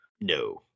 No